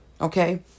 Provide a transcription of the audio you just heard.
Okay